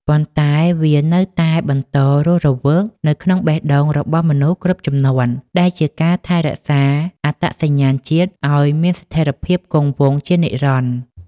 ប៉ុន្តែវានៅតែបន្តរស់រវើកនៅក្នុងបេះដូងរបស់មនុស្សគ្រប់ជំនាន់ ដែលជាការថែរក្សាអត្តសញ្ញាណជាតិឱ្យមានស្ថិតស្ថេរគង់វង្សជានិរន្តរ៍។